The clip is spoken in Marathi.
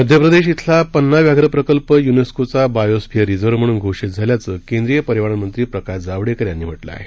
मध्यप्रदेश श्रिला पन्ना व्याघ्र प्रकल्प युनेस्कोचा बायो स्फिअर रिझर्व म्हणून घोषित झाल्याचं केंद्रीय पर्यावरण मंत्री प्रकाश जावडेकर यांनी म्हटलं आहे